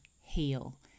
Heal